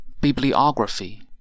Bibliography